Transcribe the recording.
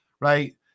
right